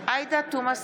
עאידה תומא סלימאן,